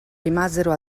rimasero